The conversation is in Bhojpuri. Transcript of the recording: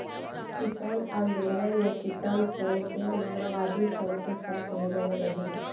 किसान आन्दोलन मे किसान सन के मओवादी सन के साथ मिलल रहे